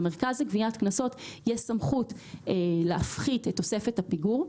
למרכז לגביית קנסות יש סמכות להפחית את תוספת הפיגור.